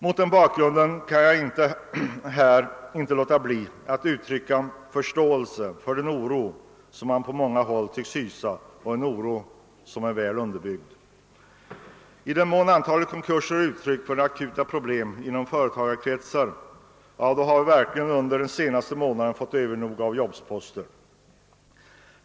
Mot den bakgrunden kan jag inte låta bli att uttrycka förståelse för den oro som man på många håll tycks hysa och som får anses väl underbyggd. I den mån antalet konkurser är uttryck för akuta problem inom företagarkretsar har vi under den senaste månaden fått mer än nog av jobsposter.